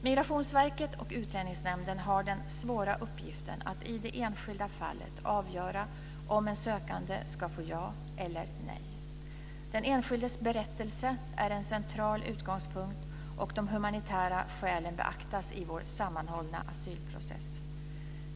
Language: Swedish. Migrationsverket och Utlänningsnämnden har den svåra uppgiften att i det enskilda fallet avgöra om en sökande ska få ja eller nej. Den enskildes berättelse är en central utgångspunkt, och de humanitära skälen beaktas i vår sammanhållna asylprocess.